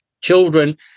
children